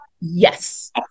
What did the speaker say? yes